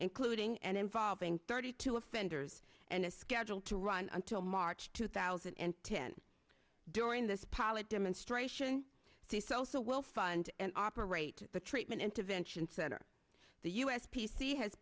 including and involving thirty two offenders and is scheduled to run until march two thousand and ten during this pilot demonstration day so also will fund and operate the treatment intervention center the us p c has